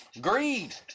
Greed